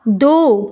दो